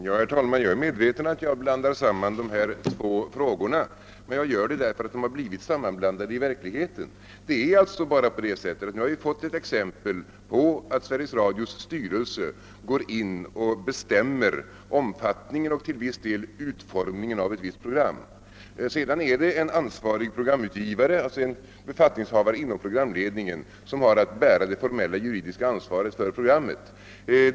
Herr talman! Jag är medveten om att jag blandar samman dessa två frågor, men jag gör det därför att de har blivit sammanblandade i verkligheten. Det är alltså bara på det sättet, att nu har vi fått ett exempel på att Sveriges Radios styrelse går in och bestämmer omfattningen och till viss del utformningen av ett visst program. Sedan är det en ansvarig programutgivare — alltså en befattningshavare inom programledningen — som har att bära det formella juridiska ansvaret för programmet.